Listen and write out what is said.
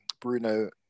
Bruno